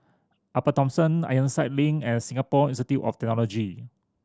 Upper Thomson Ironside Link and Singapore Institute of Technology